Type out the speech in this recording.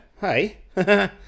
Hi